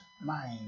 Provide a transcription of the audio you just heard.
mind